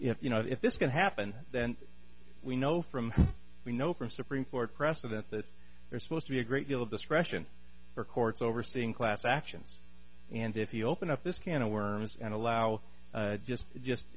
if you know if this can happen then we know from we know from supreme court precedents that there's supposed to be a great deal of discretion for courts overseeing class actions and if you open up this can of worms and allow just just